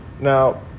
Now